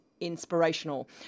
inspirational